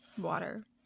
water